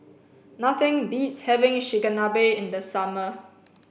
nothing beats having Chigenabe in the summer